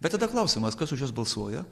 bet tada klausimas kas už juos balsuoja